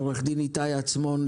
עורך דין איתי עצמון,